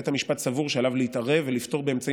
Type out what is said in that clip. בית המשפט סבור שעליו להתערב ולפתור באמצעים